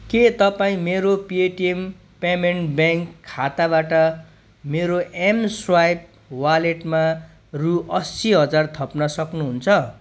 के तपाईँ मेरो पेटिएम पेमेन्ट्स ब्याङ्क खाताबाट मेरो एमस्वाइप वालेटमा रु अस्सी हजार थप्न सक्नुहुन्छ